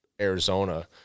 Arizona